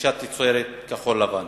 ברכישת תוצרת כחול-לבן